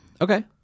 Okay